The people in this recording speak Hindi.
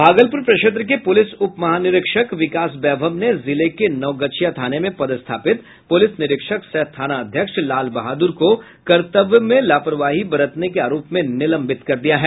भागलपुर प्रक्षेत्र के पुलिस उपमहानिरीक्षक विकास वैभव ने जिले के नवगछिया थाना में पदस्थापित पुलिस निरीक्षक सह थानाध्यक्ष लाल बहादुर को कर्तव्य में लापरवाही बरतने के आरोप में निलंबित कर दिया है